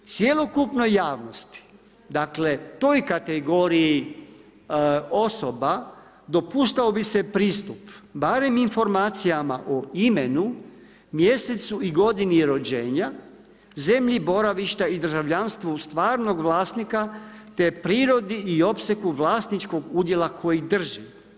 Cjelokupnoj javnosti, dakle toj kategoriji osoba dopuštao bi se pristup barem informacijama o imenu, mjesecu i godini rođenja, zemlji boravišta i državljanstvu stvarnog vlasnika te prirodi i opsegu vlasničkog udjela koji drži.